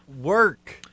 work